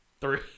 three